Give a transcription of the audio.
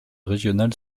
régionale